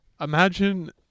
Imagine